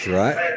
right